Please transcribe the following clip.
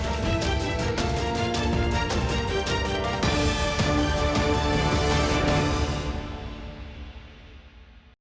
Дякую